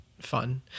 fun